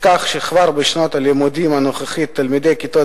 כך שכבר בשנת הלימודים הנוכחית תלמידי כיתות